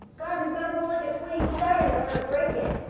god, we've got to roll like a twenty seven in order to break it!